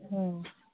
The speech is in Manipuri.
ꯎꯝ